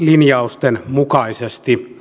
hyvät edustajat